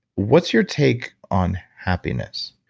what's your take on happiness?